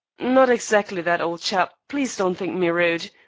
not exactly that, old chap. please don't think me rude.